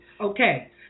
Okay